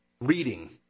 reading